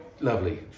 Lovely